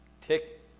tick